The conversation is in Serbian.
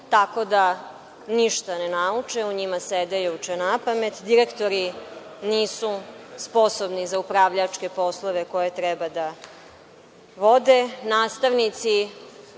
tako da ništa ne nauče, u njima sede i uče napamet. Direktori nisu sposobni za upravljačke poslove koje treba da vode. Nastavnici